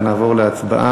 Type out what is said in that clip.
אנחנו נעבור להצבעה.